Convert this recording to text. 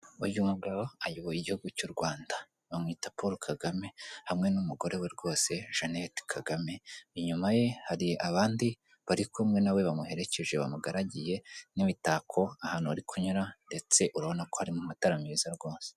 Uyu mugabo ayoboye igihugu cy'u rwanda bamwita Poro Kagame hamwe n'umugore we rwose Janete Kagame inyuma ye hari abandi bari kumwe na we bamuherekeje bamugaragiye n'imitako ahantu bari kunyura ndetse urabona ko ari mu matara meza rwose.